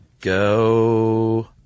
Go